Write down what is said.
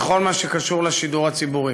בכל מה שקשור לשידור הציבורי.